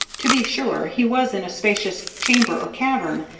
to be sure, he was in a spacious chamber or cavern,